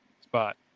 spot